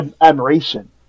admiration